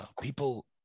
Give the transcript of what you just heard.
people